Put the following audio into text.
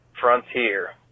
Frontier